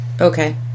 Okay